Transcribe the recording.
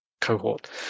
cohort